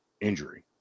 injury